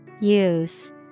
Use